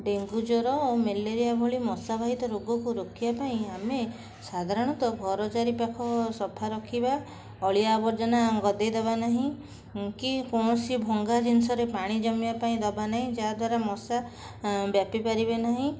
dengue ଜ୍ୱର ଓ malaria ଭଳି ମଶା ବାହିତ ରୋଗକୁ ରୋକିବା ପାଇଁ ଆମେ ସାଧାରଣତଃ ଘର ଚାରିପାଖ ସଫା ରଖିବା ଅଳିଆ ଆବର୍ଜନା ଗଦାଇ ଦେବା ନାହିଁ କି କୌଣସି ଭଙ୍ଗା ଜିନିଷରେ ପାଣି ଜମିବା ପାଇଁ ଦେବା ନାହିଁ ଯାହାଦ୍ୱାରା ମଶା ବ୍ୟାପି ପାରିବେ ନାହିଁ